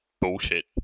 bullshit